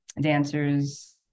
dancers